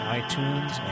iTunes